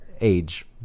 age